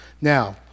Now